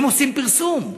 הם עושים פרסום.